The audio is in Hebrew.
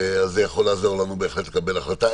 זה יכול לעזור לנו בהחלט לקבל החלטה.